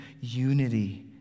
unity